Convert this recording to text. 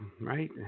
right